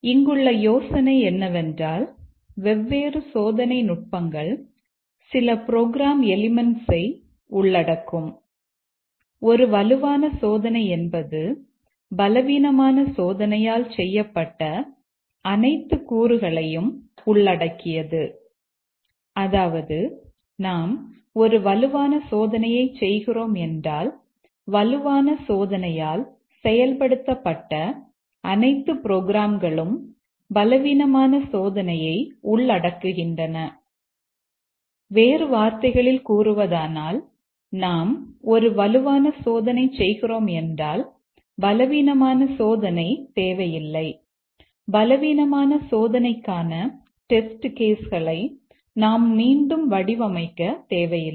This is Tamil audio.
இங்குள்ள யோசனை என்னவென்றால் வெவ்வேறு சோதனை நுட்பங்கள் சில ப்ரோக்ராம் எலிமென்ட்ஸ்களை களை நாம் மீண்டும் வடிவமைக்க தேவையில்லை